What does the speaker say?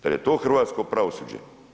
Zar je to hrvatsko pravosuđe?